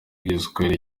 igiswahili